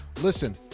Listen